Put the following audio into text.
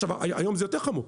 עכשיו, היום זה יותר חמור.